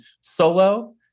solo